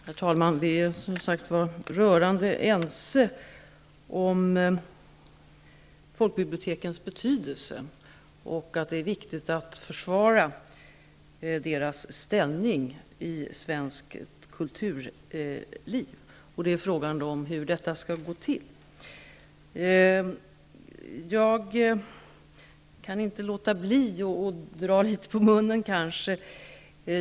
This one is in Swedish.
Herr talman! Vi är som sagt rörande ense om folkbibliotekens betydelse och att det är viktigt att försvara deras ställning i svenskt kulturliv. Det är då fråga om hur detta skall gå till. Jag kan inte låta bli att kanske dra litet på munnen.